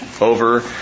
over